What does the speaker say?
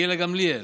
גילה גמליאל,